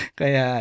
kaya